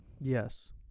Yes